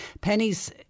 pennies